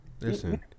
listen